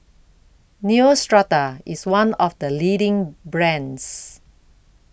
Neostrata IS one of The leading brands